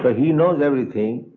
but he knows everything,